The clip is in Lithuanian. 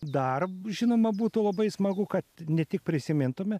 dar žinoma būtų labai smagu kad ne tik prisimintume